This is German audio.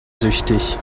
süchtig